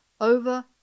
over